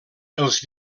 els